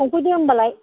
संफैदो होनबालाय